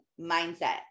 mindset